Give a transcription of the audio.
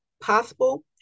possible